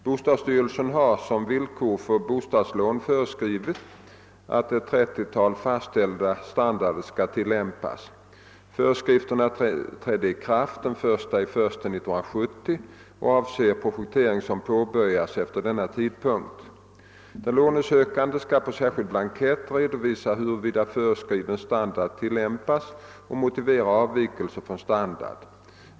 Bostadsstyrelsen har som villkor för bostadslån föreskrivit att ett 30-tal fastställda standarder skall tillämpas. Föreskrifterna trädde i kraft den 1 januari 1970 och avser projektering som påbörjas efter denna tidpunkt. Den lånesökande skall på särskild blankett redovisa huruvida föreskriven standard tillämpas och motivera avvikelse från standard.